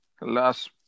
Last